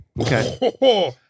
Okay